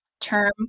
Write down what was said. term